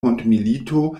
mondmilito